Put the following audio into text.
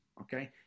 okay